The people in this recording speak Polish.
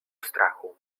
strachu